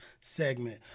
segment